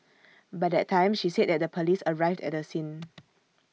by that time she said that the Police arrived at the scene